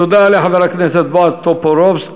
תודה לחבר הכנסת בועז טופורובסקי.